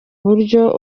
buryo